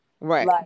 right